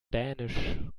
dänisch